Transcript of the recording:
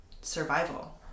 survival